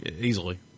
easily